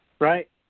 Right